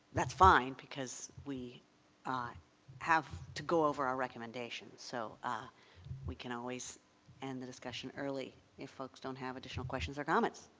that's fine because we have to go over our recommendations. so ah we can always end the discussion early if folks don't have additional questions or comments.